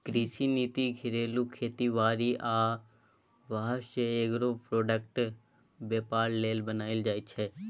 कृषि नीति घरेलू खेती बारी आ बाहर सँ एग्रो प्रोडक्टक बेपार लेल बनाएल जाइ छै